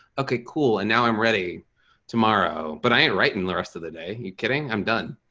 okay, cool. and now i'm ready tomorrow, but i ain't writing the rest of the day you kidding? i'm done.